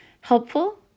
helpful